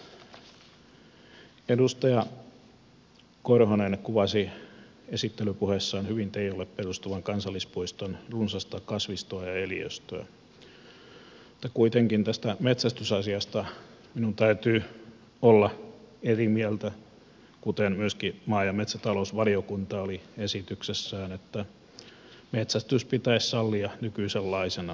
edustaja korhonen kuvasi esittelypuheessaan hyvin teijolle perustuvan kansallispuiston runsasta kasvistoa ja eliöstöä mutta kuitenkin tästä metsästysasiasta minun täytyy olla eri mieltä kuten myöskin maa ja metsätalousvaliokunta oli esityksessään että metsästys pitäisi sallia nykyisenlaisena